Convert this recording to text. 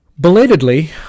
Belatedly